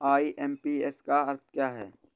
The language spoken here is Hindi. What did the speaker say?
आई.एम.पी.एस का क्या अर्थ है?